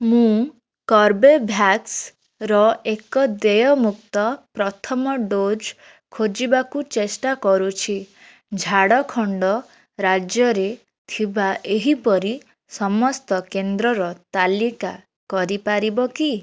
ମୁଁ କର୍ବେଭ୍ୟାକ୍ସର ଏକ ଦେୟମୁକ୍ତ ପ୍ରଥମ ଡୋଜ୍ ଖୋଜିବାକୁ ଚେଷ୍ଟା କରୁଛି ଝାଡ଼ଖଣ୍ଡ ରାଜ୍ୟରେ ଥିବା ଏହିପରି ସମସ୍ତ କେନ୍ଦ୍ରର ତାଲିକା କରିପାରିବ କି